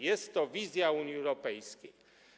Jest to wizja Unii Europejskiej.